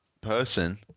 person